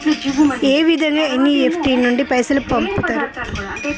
ఏ విధంగా ఎన్.ఇ.ఎఫ్.టి నుండి పైసలు పంపుతరు?